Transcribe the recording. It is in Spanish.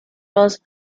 los